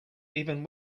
even